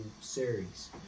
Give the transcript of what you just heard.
series